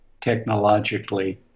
technologically